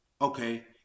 okay